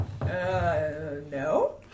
no